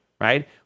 right